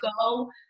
go